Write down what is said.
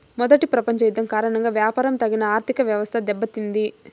మొదటి ప్రపంచ యుద్ధం కారణంగా వ్యాపారం తగిన ఆర్థికవ్యవస్థ దెబ్బతింది